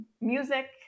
music